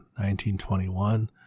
1921